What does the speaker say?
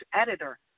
editor